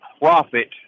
profit